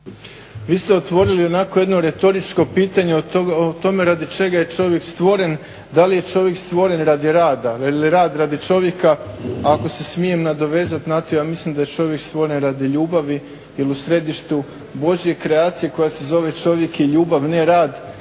Vi ste otvorili ionako jedno retoričko pitanje o tome radi čega je čovjek stvoren, da li je čovjek stvoren radi rada ili rad radi čovjeka. Ako se smijem nadovezati na to ja mislim da je čovjek stvoren radi ljubavi. Jer u središtu Božje kreacije koja se zove čovjek je ljubav ne rad.